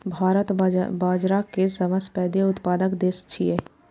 भारत बाजारा के सबसं पैघ उत्पादक देश छियै